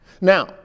Now